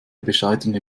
bescheidene